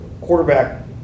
quarterback